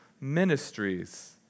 ministries